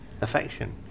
affection